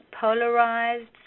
polarized